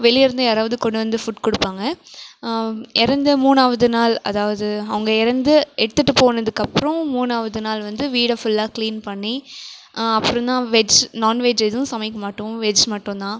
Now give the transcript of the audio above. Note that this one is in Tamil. வெளியேயிருந்து யாராவது கொண்டு வந்து ஃபுட் கொடுப்பாங்க இறந்த மூணாவது நாள் அதாவது அவங்க இறந்து எடுத்துட்டு போனதுக்கப்புறம் மூணாவது நாள் வந்து வீடை ஃபுல்லாக கிளீன் பண்ணி அப்புறந்தான் வெஜ் நான்வெஜ் எதுவும் சமைக்க மாட்டோம் வெஜ் மட்டுந்தான்